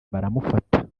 baramufata